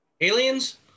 Aliens